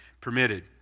permitted